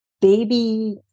baby